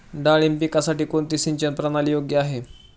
डाळिंब पिकासाठी कोणती सिंचन प्रणाली योग्य आहे?